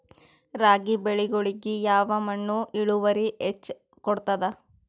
ರಾಗಿ ಬೆಳಿಗೊಳಿಗಿ ಯಾವ ಮಣ್ಣು ಇಳುವರಿ ಹೆಚ್ ಕೊಡ್ತದ?